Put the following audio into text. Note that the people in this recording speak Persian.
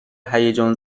هیجان